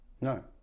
No